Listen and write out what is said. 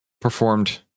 performed